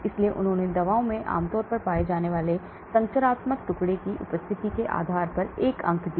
इसलिए उन्होंने दवाओं में आमतौर पर पाए जाने वाले संरचनात्मक टुकड़े की उपस्थिति के आधार पर एक अंक दिया